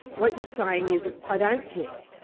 what you're saying is that i don't care,